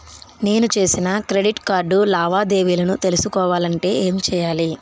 నేను చేసిన credit card లావాదేవీలను తెలుసుకోవాలంటే ఏం చేయాలి?